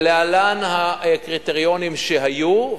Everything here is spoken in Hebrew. להלן הקריטריונים שהיו,